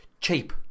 cheap